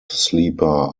sleeper